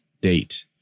date